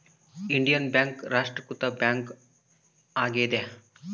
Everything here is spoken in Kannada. ಇಂಡಿಯನ್ ಬ್ಯಾಂಕ್ ರಾಷ್ಟ್ರೀಕೃತ ಬ್ಯಾಂಕ್ ಆಗ್ಯಾದ